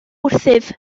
wrthyf